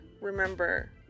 remember